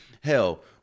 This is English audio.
hell